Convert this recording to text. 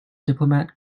diplomat